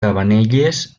cabanelles